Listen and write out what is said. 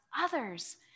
others